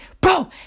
bro